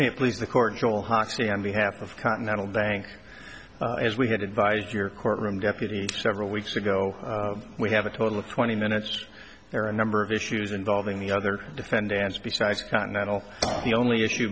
please the court joel hoxsey on behalf of continental bank as we had advised your courtroom deputy several weeks ago we have a total of twenty minutes there are a number of issues involving the other defendants besides continental the only issue